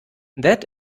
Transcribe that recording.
that